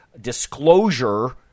disclosure